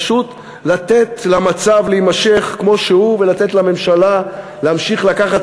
פשוט לתת למצב להימשך כמו שהוא ולתת לממשלה להמשיך לקחת